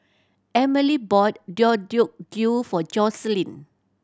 Emilie bought Deodeok Gui for Jocelyn